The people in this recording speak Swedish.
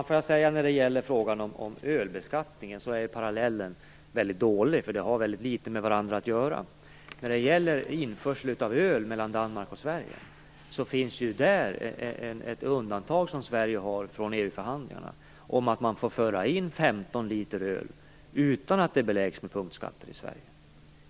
Fru talman! När det gäller frågan om ölbeskattningen är parallellen väldigt dålig. Det har väldigt litet med varandra att göra. När det gäller införsel av öl mellan Danmark och Sverige, har ju Sverige ett undantag från EU-förhandlingarna om att man får föra in 15 liter öl utan att det beläggs med punktskatter i Sverige.